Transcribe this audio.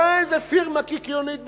לא איזה פירמה קיקיונית בשווייץ,